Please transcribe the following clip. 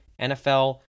NFL